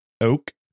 oak